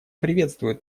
приветствует